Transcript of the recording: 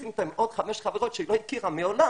לשים אותה עם עוד חמש חברות שהיא לא הכירה מעולם,